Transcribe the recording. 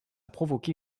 provoquer